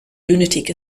lunatic